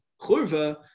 Churva